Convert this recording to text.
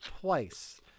twice